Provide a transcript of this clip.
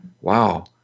Wow